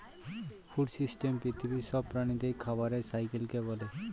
food system পৃথিবীর সব প্রাণীদের খাবারের সাইকেলকে বলে